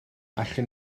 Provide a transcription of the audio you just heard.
allwn